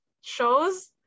shows